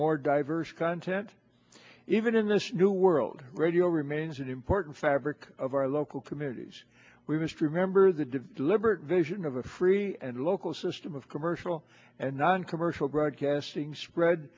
more diverse content even in this new world radio remains an important fabric of our local communities we must remember the de deliberate vision of a free and local system of commercial and noncommercial broadcasting spread